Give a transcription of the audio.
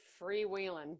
freewheeling